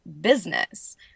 business